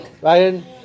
Ryan